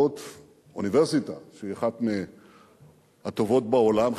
אוניברסיטה שהיא אחת מהטובות בעולם,